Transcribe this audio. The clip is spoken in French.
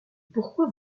pourquoi